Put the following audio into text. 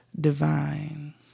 divine